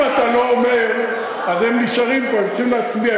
אם אתה לא אומר, הם נשארים פה והם צריכים להצביע.